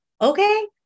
Okay